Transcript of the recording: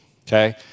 okay